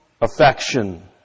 affection